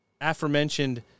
aforementioned